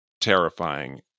terrifying